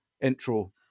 intro